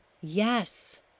Yes